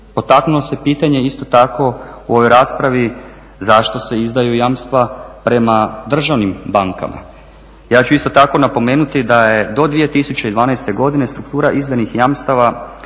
Potaknulo se pitanje isto tako u ovoj raspravi zašto se izdaju jamstva prema državnim bankama. Ja ću isto tako napomenuti da je do 2012. godine struktura izdanih jamstava